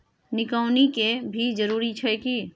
निकौनी के भी जरूरी छै की?